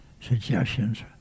suggestions